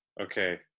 okay